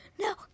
No